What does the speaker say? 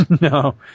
No